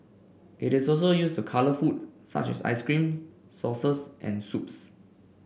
it is also used to colour food such as ice cream sauces and soups